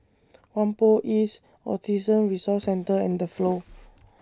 Whampoa East Autism Resource Centre and The Flow